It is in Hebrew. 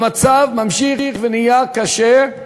המצב ממשיך להיות קשה.